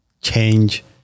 change